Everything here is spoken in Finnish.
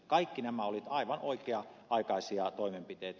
kaikki nämä olivat aivan oikea aikaisia toimenpiteitä